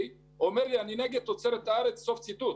ואומר לי: אני נגד תוצרת הארץ סוף ציטוט,